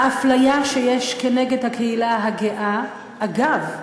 האפליה שיש כנגד הקהילה הגאה, אגב,